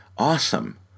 Awesome